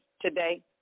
today